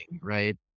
right